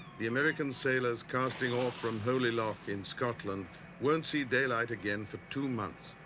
the american sailors casting off from holy loch in scotland won't see daylight again for two months.